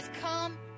come